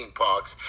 parks